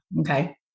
Okay